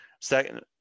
Second